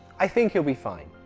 i think you'll be fine